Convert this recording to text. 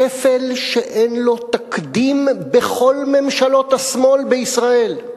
שפל שאין לו תקדים בכל ממשלות השמאל בישראל ;